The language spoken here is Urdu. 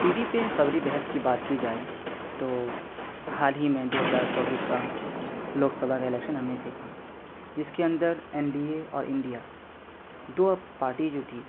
ٹی وی پہ خبری بحث کی بات کی جائے تو حال ہی میں دو ہزار چوبیس کا لوک سبھا کا الیکشن ہم نے دیکھا جس کے اندر این ڈی اے اور انڈیا دو پارٹی جو تھی